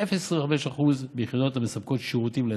ו-0.25% ביחידות המספקות שירותים לאזרח.